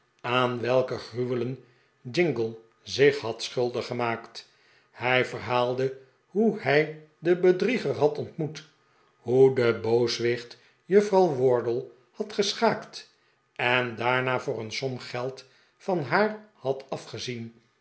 aan welke gruwelen jingle zich had schuldig gemaakt hij verhaalde hoe hij den bedrieger had ontmoet hoe de boqswicht juffrouw wardle had geschaakt en daarna voor een som geld van haar had afgezien